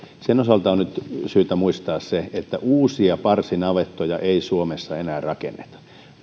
niiden osalta on nyt syytä muistaa se että uusia parsinavettoja ei suomessa enää rakenneta